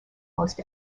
most